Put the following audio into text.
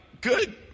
good